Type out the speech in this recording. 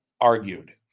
argued